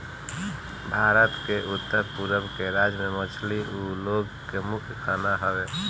भारत के उत्तर पूरब के राज्य में मछली उ लोग के मुख्य खाना हवे